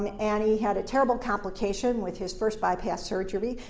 and and he had a terrible complication with his first bypass surgery,